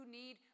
need